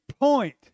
point